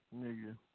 Nigga